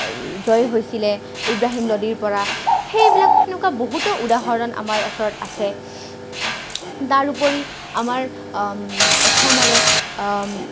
জয় হৈছিলে ইব্ৰাহীম নদীৰপৰা সেইবিলাক সেনেকুৱা বহুতো উদাহৰণ আমাৰ ওচৰত আছে তাৰপৰি আমাৰ অসমৰে